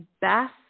best